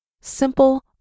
simple